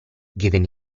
given